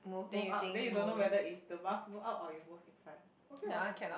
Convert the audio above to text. move up then you don't know whether is the bus move up or you move in front okay !wow!